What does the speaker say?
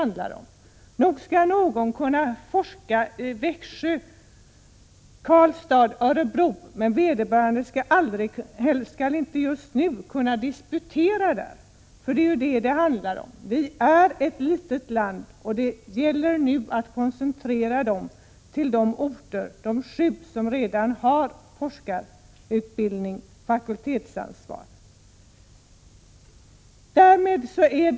Nog skall någon kunna forska i Växjö, Karlstad eller Örebro, men vederbörande skall just nu inte kunna disputera där. Det är ju detta det handlar om. Sverige är ett litet land, och det gäller nu att koncentrera resurserna till de sju orter som redan har forskarutbildning och fakultetsansvar.